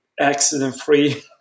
accident-free